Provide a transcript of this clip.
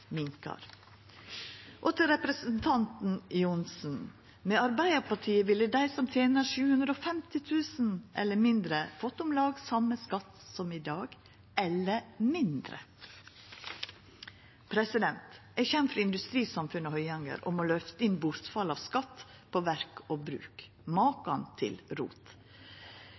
minkar. Til representanten Johnsen: Med Arbeidarpartiet ville dei som tener 750 000 kr eller mindre, fått om lag same skatt som i dag, eller mindre. Eg kjem frå industrisamfunnet Høyanger og må løfta inn bortfall av skatt på verk og bruk. Maken til rot!